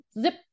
zip